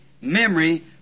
memory